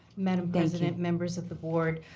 madam president, members of the board,